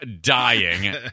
dying